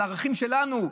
על הערכים שלנו,